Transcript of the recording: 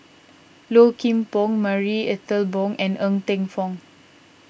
Low Kim Pong Marie Ethel Bong and Ng Teng Fong